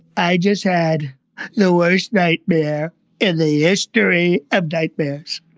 i just had the worst nightmare in the history of nightmares.